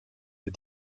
des